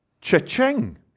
cha-ching